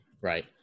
right